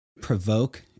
provoke